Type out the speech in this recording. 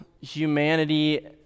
humanity